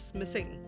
missing